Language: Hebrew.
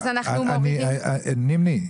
נימני,